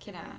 can ah